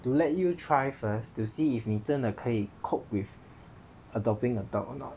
to let you try first to see if 你真的可以 cope with adopting a dog or not